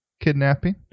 kidnapping